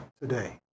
today